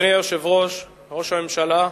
אדוני היושב-ראש, ראש הממשלה,